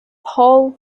paul